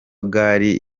gari